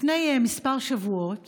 לפני כמה שבועות